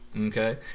Okay